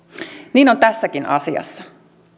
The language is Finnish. niin on tässäkin asiassa